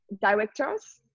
directors